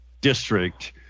district